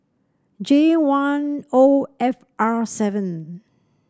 J one O F R seven